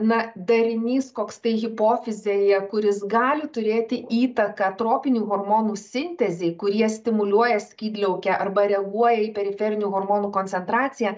na darinys koks tai hipofizėje kuris gali turėti įtaką tropinių hormonų sintezei kurie stimuliuoja skydliaukę arba reaguoja į periferinių hormonų koncentraciją